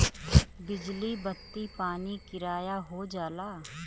बिजली बत्ती पानी किराया हो जाला